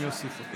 אני אוסיף אותו.